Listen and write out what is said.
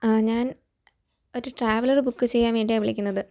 ഞാൻ ഒരു traveller book ചെയ്യാൻ വേണ്ടിയാണ് വിളിക്കുന്നത്